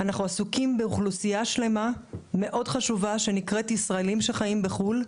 אנחנו עסוקים באוכלוסייה שלמה מאוד חשובה שנקראת: ישראלים שחיים בחו"ל.